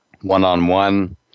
one-on-one